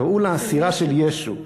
קראו לה "הסירה של ישו".